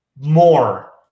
more